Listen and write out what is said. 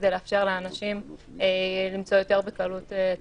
כדי לאפשר לאנשים למצוא יותר בקלות תעסוקה.